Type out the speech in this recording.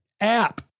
app